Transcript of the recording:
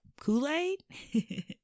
kool-aid